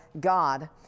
God